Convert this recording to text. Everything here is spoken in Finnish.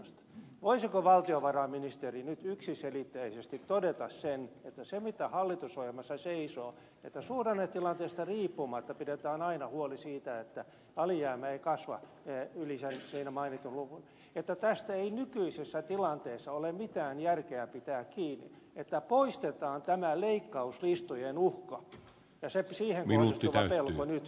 voisiko valtiovarainministeri nyt yksiselitteisesti todeta sen että kun hallitusohjelmassa seisoo että suhdannetilanteesta riippumatta pidetään aina huoli siitä että alijäämä ei kasva yli siinä mainitun luvun niin tästä ei nykyisessä tilanteessa ole mitään järkeä pitää kiinni vaan poistetaan tämä leikkauslistojen uhka ja siihen kohdistuva pelko nyt